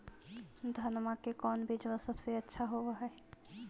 धनमा के कौन बिजबा सबसे अच्छा होव है?